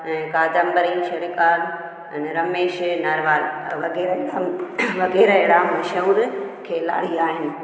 ऐं कादंबरी श्रीकांत अने रमेश नरवाल वग़ैरह वग़ैरह अहिड़ा मशहूरु खिलाड़ी आहिनि